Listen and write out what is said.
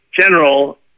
general